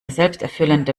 selbsterfüllende